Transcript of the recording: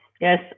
yes